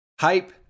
hype